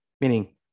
meaning